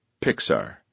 Pixar